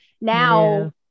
now